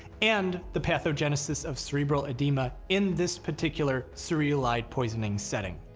and the pathogenesis of cerebral edema in this particular cereulide poisoning setting.